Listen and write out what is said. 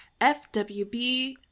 FWB